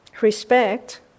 respect